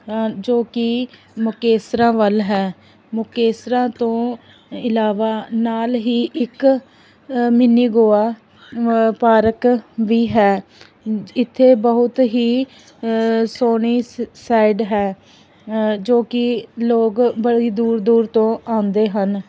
ਜੋ ਕਿ ਮੁਕੇਸਰਾ ਵੱਲ ਹੈ ਮੁਕੇਸਰਾ ਤੋਂ ਇਲਾਵਾ ਨਾਲ ਹੀ ਇੱਕ ਮਿਨੀ ਗੋਆ ਪਾਰਕ ਵੀ ਹੈ ਇੱਥੇ ਬਹੁਤ ਹੀ ਸੋਹਣੀ ਸਾਈਡ ਹੈ ਜੋ ਕਿ ਲੋਕ ਬੜੀ ਦੂਰ ਦੂਰ ਤੋਂ ਆਉਂਦੇ ਹਨ